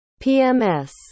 PMS